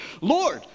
Lord